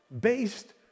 based